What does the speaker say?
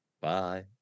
Bye